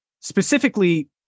specifically